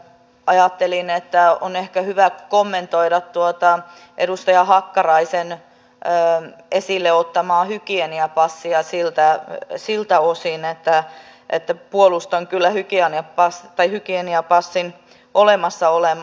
ajattelin että on ehkä hyvä kommentoida tuota edustaja hakkaraisen esille ottamaa hygieniapassia siltä osin että puolustan kyllä hygieniapassin olemassaoloa